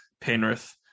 Penrith